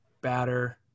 batter